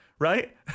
right